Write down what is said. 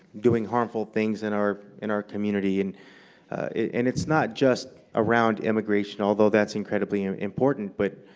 doing harmful things in our in our community. and it's not just around immigration, although that's incredibly important. but